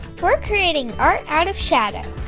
we're creating art out of shadows